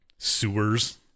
Sewers